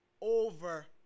over